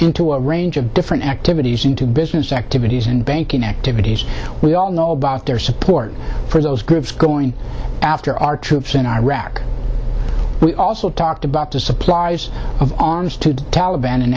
into a range of different activities into business activities and banking activities we all know about their support for those groups going after our troops in iraq we also talked about the supplies of arms to the taliban in